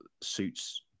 suits